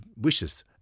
wishes